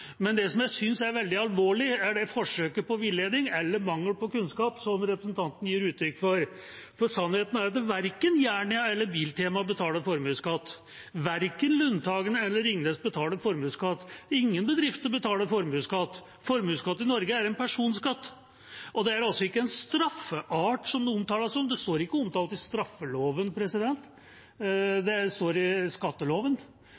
Men det som jeg synes er veldig alvorlig, er det forsøket på villeding eller den mangel på kunnskap som representanten gir uttrykk for, for sannheten er at verken Jernia eller Biltema betaler formuesskatt, verken Lundetangen eller Ringnes betaler formuesskatt. Ingen bedrifter betaler formuesskatt. Formuesskatt i Norge er en personskatt, og det er altså ikke en straffart, som noen taler om. Det står ikke omtalt i straffeloven,